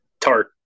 Tart